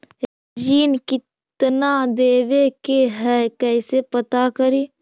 ऋण कितना देवे के है कैसे पता करी?